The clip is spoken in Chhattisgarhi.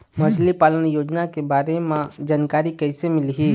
मछली पालन योजना के बारे म जानकारी किसे मिलही?